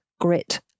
grit